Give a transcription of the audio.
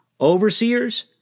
overseers